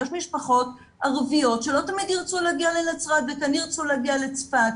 יש משפחות ערביות שלא תמיד ירצו להגיע לנצרת וכן ירצו להגיע לצפת.